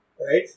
Right